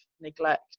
neglect